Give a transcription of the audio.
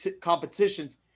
competitions